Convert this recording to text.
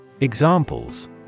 Examples